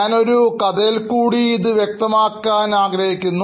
ഞാൻ ഒരു കഥയിൽ കൂടി ഇത് വ്യക്തമാക്കാൻ ആഗ്രഹിക്കുന്നു